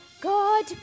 God